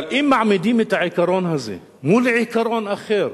אבל אם מעמידים את העיקרון הזה מול עיקרון אחר,